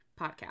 podcast